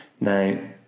Now